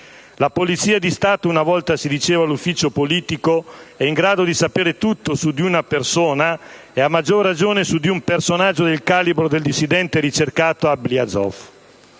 La Polizia di Stato (una volta si diceva l'ufficio politico) è in grado di sapere tutto su di una persona, e a maggior ragione su di un personaggio del calibro del dissidente-ricercato Ablyazov.